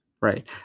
Right